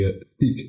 stick